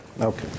Okay